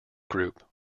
group